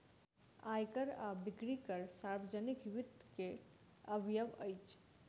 आय कर आ बिक्री कर सार्वजनिक वित्त के अवयव अछि